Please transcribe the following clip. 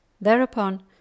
Thereupon